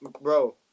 Bro